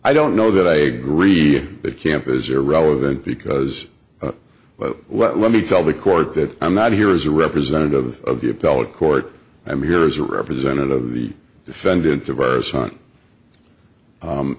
i don't know that i agree that camp is irrelevant because but let me tell the court that i'm not here as a representative of the appellate court i'm here as a representative of the defendant of our son